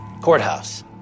courthouse